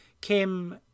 Kim